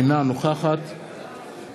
אינה נוכחת